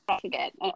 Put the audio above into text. forget